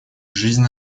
жизнь